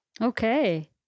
Okay